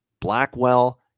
Blackwell